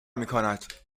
میکند